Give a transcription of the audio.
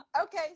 Okay